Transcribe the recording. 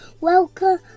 Welcome